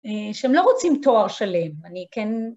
שהם לא רוצים תואר שלם, אני כן...